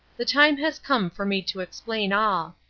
the time has come for me to explain all.